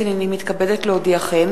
מתכבדת להודיעכם,